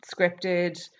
scripted